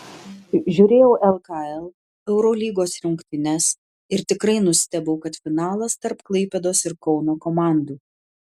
žiūrėjau lkl eurolygos rungtynes ir tikrai nustebau kad finalas tarp klaipėdos ir kauno komandų